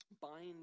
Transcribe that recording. bind